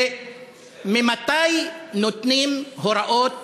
וממתי נותנים הוראות